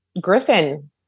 Griffin